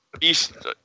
East